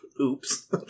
Oops